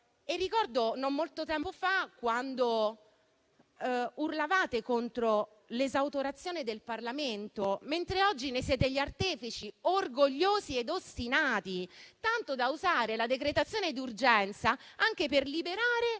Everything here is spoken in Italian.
quando non molto tempo fa urlavate contro l'esautorazione del Parlamento, mentre oggi ne siete artefici orgogliosi ed ostinati, tanto da usare la decretazione d'urgenza anche per liberare